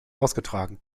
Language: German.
ausgetragen